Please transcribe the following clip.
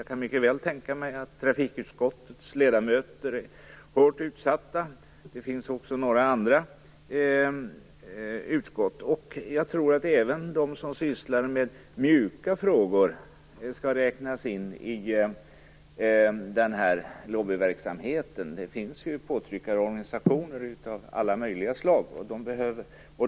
Jag kan mycket väl tänka mig att trafikutskottets ledamöter är hårt utsatta. Det finns också några andra utskott som är utsatta för detta. Jag tror att även de som sysslar med mjuka frågor skall räknas in i den här lobbyverksamheten. Det finns påtryckarorganisationer av alla möjliga slag.